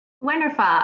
Wonderful